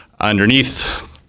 underneath